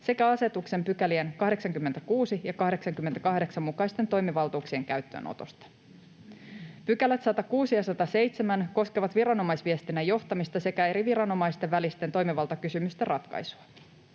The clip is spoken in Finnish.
sekä asetuksen 86 ja 88 §:ien mukaisten toimivaltuuksien käyttöönotosta. 106 ja 107 §:t koskevat viranomaisviestinnän johtamista sekä eri viranomaisten välisten toimivaltakysymysten ratkaisua.